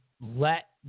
let